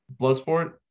Bloodsport